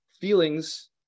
Feelings